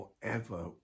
forever